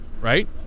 right